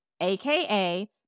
aka